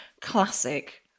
classic